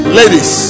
ladies